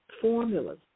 formulas